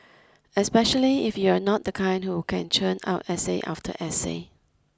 especially if you're not the kind who can churn out essay after essay